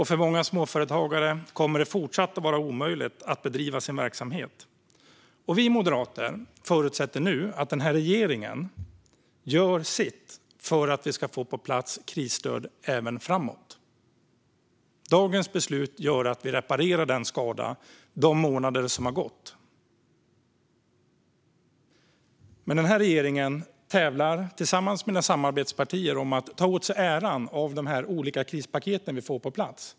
För många småföretagare kommer det även fortsättningsvis att vara omöjligt att bedriva sin verksamhet. Vi moderater förutsätter nu att regeringen gör sitt för att vi ska få på plats krisstöd även framåt. Dagens beslut gör att vi reparerar skadan av de månader som har gått. Den här regeringen tävlar med sina samarbetspartier om att ta åt sig äran av de olika krispaket vi får på plats.